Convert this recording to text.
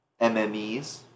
MMEs